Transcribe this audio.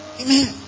Amen